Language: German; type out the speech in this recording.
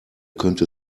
könnte